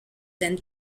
then